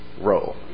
role